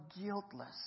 guiltless